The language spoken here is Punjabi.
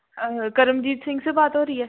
ਕਰਮਜੀਤ ਸਿੰਘ ਸੇ ਬਾਤ ਹੋ ਰਹੀ ਹੈ